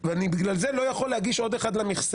אני לא יכול, אלא בדרך הזאת של ערעור.